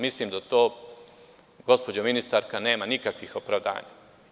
Mislim da to, gospođo ministarka, nema nikakvih opravdanja.